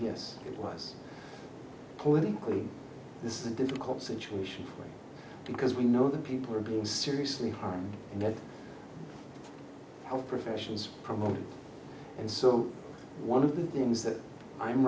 yes it was politically this is a difficult situation because we know that people are being seriously harmed and that our profession is promoted and so one of the things that i'm